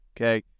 Okay